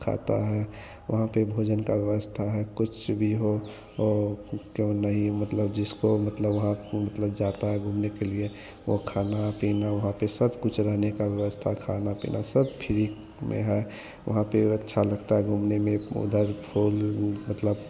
खाता है वहाँ पर भोजन की व्यवस्था है कुछ भी हो ओ प्रो नहीं मतलब जिसको मतलब हाँ मतलब जाता है घूमने के लिए वह खाना पीना वहाँ पर सब कुछ रहने की व्यवस्था खाना पीना सब फिरिक में है वहाँ पर अच्छा लगता है घूमने में उधर फोल मतलब